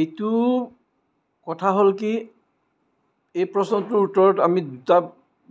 এইটো কথা হ'ল কি এই প্ৰশ্নটোৰ উত্তৰত আমি দুটা